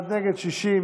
קבוצת סיעת ש"ס,